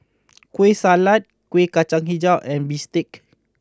Kueh Salat Kuih Kacang HiJau and Bistake